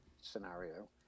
scenario